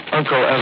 Uncle